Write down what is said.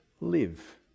live